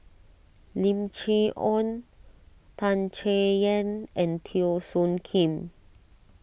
Lim Chee Onn Tan Chay Yan and Teo Soon Kim